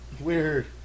Weird